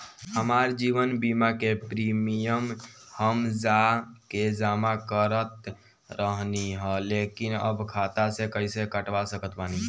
हमार जीवन बीमा के प्रीमीयम हम जा के जमा करत रहनी ह लेकिन अब खाता से कइसे कटवा सकत बानी?